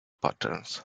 patterns